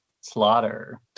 Slaughter